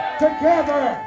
together